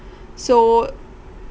so